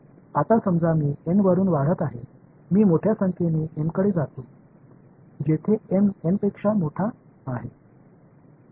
आता समजा मी एन वरुन वाढत आहे मी मोठ्या संख्येने एमकडे जातो जेथे एम एनपेक्षा मोठे आहे